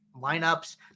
lineups